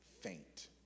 faint